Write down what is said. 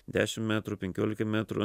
dešim metrų penkiolika metrų